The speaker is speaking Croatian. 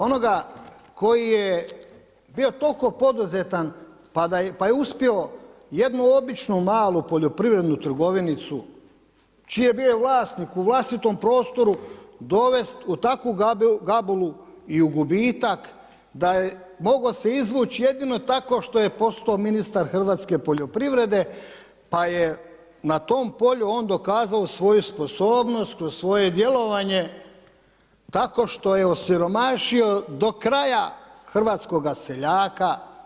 Onoga koji je bio toliko poduzetan pa je uspio jednu običnu malu poljoprivrednu trgovinicu čiji je bio vlasnik u vlastitom prostoru dovest u takvu gabulu i u gubitak da je mogao se izvuć jedino tako što je postao ministar hrvatske poljoprivrede pa je na tom polju on dokazao svoju sposobnost kroz svoje djelovanje tako što je osiromašio do kraja hrvatskoga seljaka.